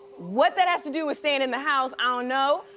what that has to do with staying in the house, i don't know.